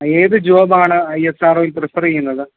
ഏതു ജോബാണ് I S R ഓയിൽ പ്രിഫർ ചെയ്യുന്നത്